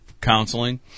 counseling